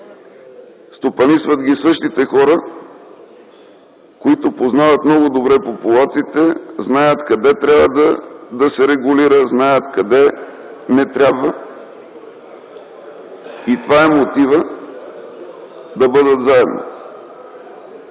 Стопанисват ги същите хора, които познават много добре популациите, знаят къде трябва да се регулира и къде не трябва. (Шум и реплики.) Това е мотивът да бъдат заедно,